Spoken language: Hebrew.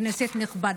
כנסת נכבדה,